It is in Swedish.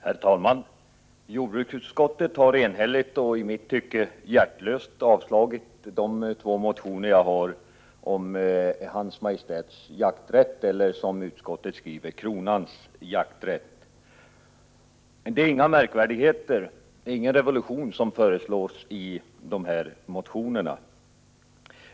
Herr talman! Jordbruksutskottet har enhälligt och i mitt tycke hjärtlöst avstyrkt de två motioner som jag har om Hans Majestäts jakträtt eller, som utskottet skriver, kronans jakträtt. Det är inga märkvärdigheter — det är ingen revolution som föreslås i motionerna.